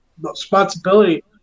responsibility